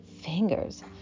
fingers